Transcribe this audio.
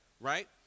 right